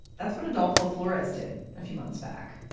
that's what adolfo flores did a few months back.